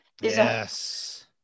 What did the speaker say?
Yes